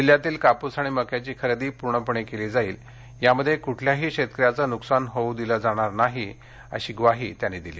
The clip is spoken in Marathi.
जिल्ह्यातील काप्स आणि मक्याची खरेदी पूर्णपणे केली जाईल यामध्ये कूठल्याही शेतकऱ्यांचे नुकसान होऊ दिल जाणार नाही अशी ग्वाही त्यांनी दिली